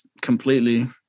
completely